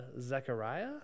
Zechariah